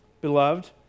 Beloved